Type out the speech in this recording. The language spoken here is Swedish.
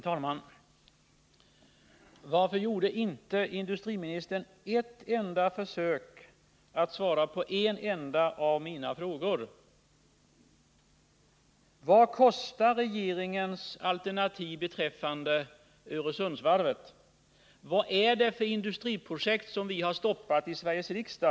Herr talman! Varför gjorde inte industriministern ett enda försök att svara på en enda av mina frågor? Vad är det för industriprojekt som vi har stoppat i Sveriges riksdag?